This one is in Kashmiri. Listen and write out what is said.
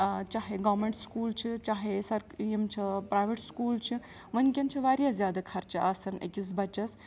چاہے گورمنٛٹ سکوٗل چھِ چاہے سر یِم چھِ پرٛیویٹ سکوٗل چھِ وٕنکیٚن چھِ واریاہ زیادٕ خرچہٕ آسَان أکِس بَچَس